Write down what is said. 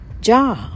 job